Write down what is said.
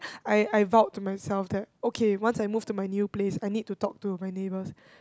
I I vowed to myself that okay once I move to my new place I need to talk to my neighbours